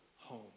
home